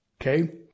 okay